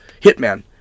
Hitman